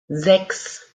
sechs